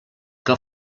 que